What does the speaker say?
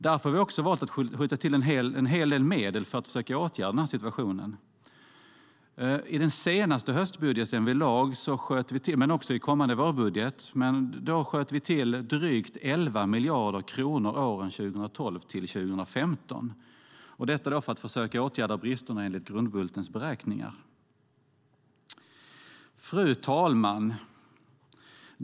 Därför har vi valt att skjuta till en hel del medel för att försöka åtgärda situationen. I vår senaste höstbudget, men också i vår kommande vårbudget, skjuter vi till drygt 11 miljarder kronor åren 2012-2015 för att försöka åtgärda bristerna enligt Grundbultens beräkningar. Fru talman!